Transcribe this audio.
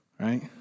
Right